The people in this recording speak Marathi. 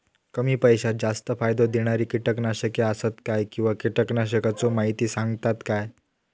कमी पैशात जास्त फायदो दिणारी किटकनाशके आसत काय किंवा कीटकनाशकाचो माहिती सांगतात काय?